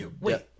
Wait